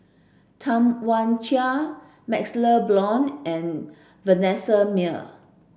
Tam Wai Jia MaxLe Blond and Vanessa Mae